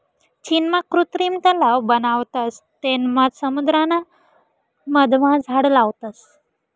चीनमा कृत्रिम तलाव बनावतस तेनमा समुद्राना मधमा झाड लावतस